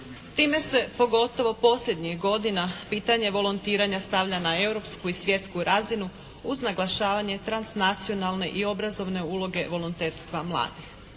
Time se pogotovo posljednjih godina pitanje volontiranja stavlja na europsku i svjetsku razinu uz naglašavanje transnacionalne i obrazovne uloge volonterstva mladih.